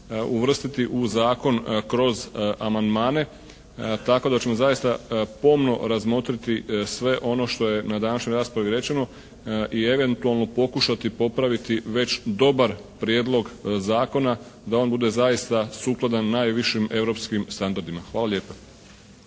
uvrstiti u zakon kroz amandmane tako da ćemo zaista pomno razmotriti sve ono što je na današnjoj raspravi rečeno i eventualno pokušati popraviti već dobar prijedlog zakona da on bude zaista sukladan najvišim europskim standardima. Hvala lijepa.